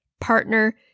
partner